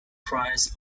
cries